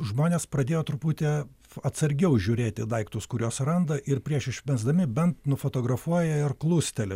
žmonės pradėjo truputį atsargiau žiūrėti į daiktus kuriuos randa ir prieš išmesdami bent nufotografuoja ir klusteli